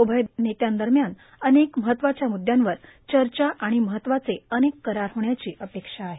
उभय नेत्यांदरम्यान अनेक महत्त्वाच्या मुद्दयांवर चचा र्रााण महत्त्वाचे अनेक करार होण्याची अपेक्षा आहे